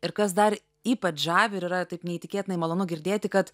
ir kas dar ypač žavi ir yra taip neįtikėtinai malonu girdėti kad